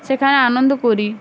সেখানে আনন্দ করি